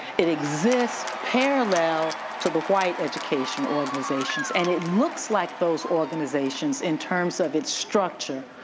it exists parallel to the white education organizations and it looks like those organizations in terms of its structure,